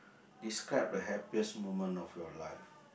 describe the happiest moment of your life